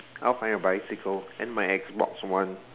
I'll find a bicycle and my Xbox one